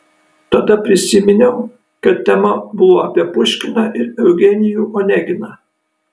tada prisiminiau kad tema buvo apie puškiną ir eugenijų oneginą